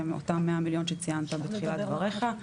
אותם 100 מיליון שציינת בתחילת דבריך,